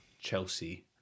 Chelsea